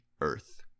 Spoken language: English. Earth